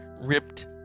ripped